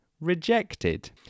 Rejected